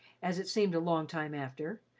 as it seemed a long time after,